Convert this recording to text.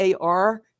AR